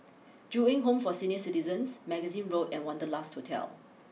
Ju Eng Home for Senior citizens Magazine Road and Wanderlust Hotel